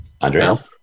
Andrea